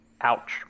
Ouch